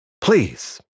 please